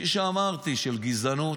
כפי שאמרתי, של גזענות,